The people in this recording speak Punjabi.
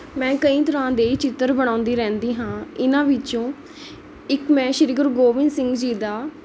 ਮੈਂ ਕਈ ਤਰ੍ਹਾਂ ਦੇ ਚਿੱਤਰ ਬਣਾਉਂਦੀ ਰਹਿੰਦੀ ਹਾਂ ਇਹਨਾਂ ਵਿੱਚੋਂ ਇੱਕ ਮੈਂ ਸ਼੍ਰੀ ਗੁਰੂ ਗੋਬਿੰਦ ਸਿੰਘ ਜੀ ਦਾ